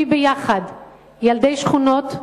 להביא ילדי שכונות,